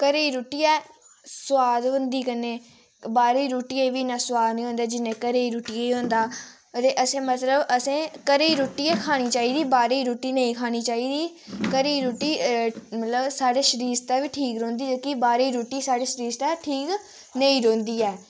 घरै दी रुट्टी दा सुआद होंदी कन्नै बाह्रै दी रुट्टियै बी इन्ना सुआद नी होंदा जिन्ना घरै दी रुट्टियै गी होंदा अदे असें मतलब असें घरै दी रुट्टी गै खानी चाहिदी बाह्रै दी रुट्टी नेईं खानी चाहिदी घरै दी रुट्टी मतलब साढ़े शरीर आस्तै बी ठीक रौंह्दी जेह्की बाह्रै दी रुट्टी साढ़े शरीर आस्तै ठीक नेईं रौंह्दी ऐ